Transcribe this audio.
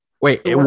wait